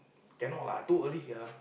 cannot lah too early ah